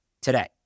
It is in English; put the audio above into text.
today